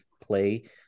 play